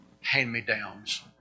hand-me-downs